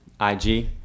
IG